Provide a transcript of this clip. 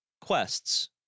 quests